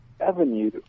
avenue